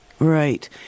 Right